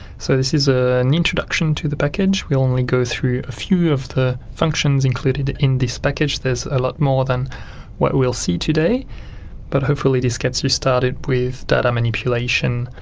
so this is ah an introduction to the package we only go through a few of the functions included in this package, there's a lot more than what we'll see today but hopefully this gets you started with data manipulation.